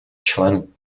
členů